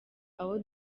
aho